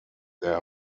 there